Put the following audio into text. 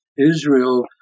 Israel